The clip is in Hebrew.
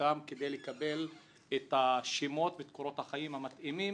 איתם כדי לקבל את השמות ואת קורות החיים המתאימים